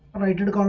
i didn't